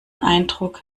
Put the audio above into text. eindruck